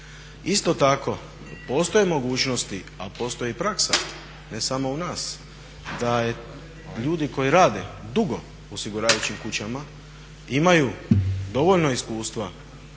Isto tako postoje mogućnosti a postoji i praksa, ne samo u nas, da ljudi koji rade dugo u osiguravajućim kućama imaju dovoljno iskustva